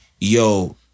yo